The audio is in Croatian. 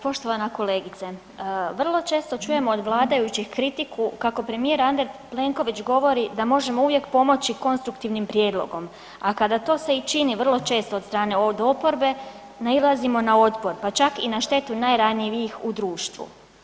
Poštovana kolegice, vrlo često čujemo od Vlade kritiku kako premijer A. Plenković govori da možemo uvijek pomoći konstruktivnom prijedlogom, a kad to se i čini, vrlo često od strane ove oporbe, nailazimo na otpor pa čak i na štetu najranjivijih u društvu.